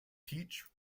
teach